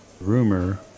rumor